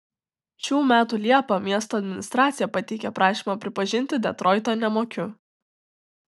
šių metų liepą miesto administracija pateikė prašymą pripažinti detroitą nemokiu